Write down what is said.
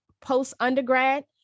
post-undergrad